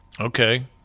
Okay